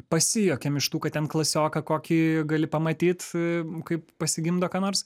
pasijuokiam iš tų kad ten klasioką kokį gali pamatyt kaip pasigimdo ką nors